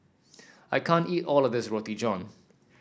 I can't eat all of this Roti John